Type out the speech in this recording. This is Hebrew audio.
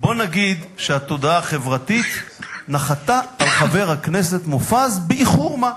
בוא נגיד שהתודעה החברתית נחתה על חבר הכנסת באיחור-מה.